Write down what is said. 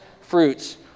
fruits